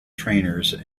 trainers